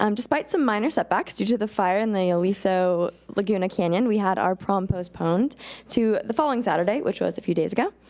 um despite some minor setbacks, due to the fire in the aliso laguna canyon, we had our prom postponed to the following saturday, which was a few days ago,